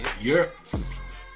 yes